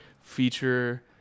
feature